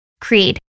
Creed